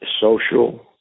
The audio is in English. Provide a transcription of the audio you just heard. social